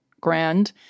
Grand